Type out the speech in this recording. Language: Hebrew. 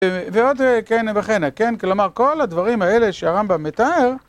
ועוד כן וכן, כן? כלומר, כל הדברים האלה שהרמב״ם מתאר...